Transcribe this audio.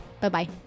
Bye-bye